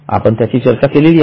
आपण त्याची चर्चा केलेली आहे